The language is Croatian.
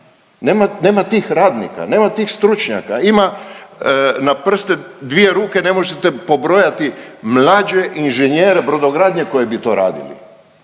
nema tih radnika, nema tih stručnjaka. Ima na prste dvije ruke ne možete pobrojati mlađe inženjere brodogradnje koji bi to radili,